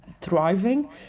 thriving